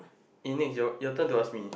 and next your your turn to ask me